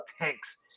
tanks